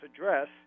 address